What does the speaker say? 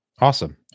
Awesome